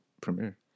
Premiere